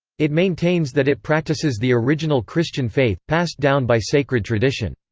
it maintains that it practices the original christian faith, passed down by sacred tradition.